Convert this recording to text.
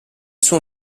suo